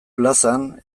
plazan